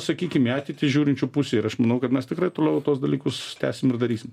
sakykim į ateitį žiūrinčių pusių ir aš manau kad mes tikrai toliau tuos dalykus tęsim ir darysim